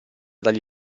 dagli